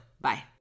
Bye